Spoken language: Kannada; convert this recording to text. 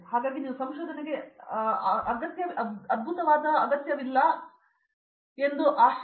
ಹಾಗಾಗಿ ನೀವು ಸಂಶೋಧನೆಗೆ ಅದ್ಭುತವಾದ ಅಗತ್ಯವಿಲ್ಲ ಎಂದು ಆಹ್ಲಾದಕರ ಆಶ್ಚರ್ಯ